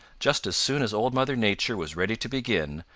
just as soon as old mother nature was ready to begin,